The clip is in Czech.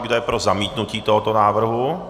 Kdo je pro zamítnutí tohoto návrhu?